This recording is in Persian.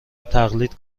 تقلید